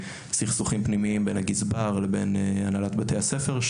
כמו סכסוכים פנימיים בין הגזבר לבין הנהלת בית הספר,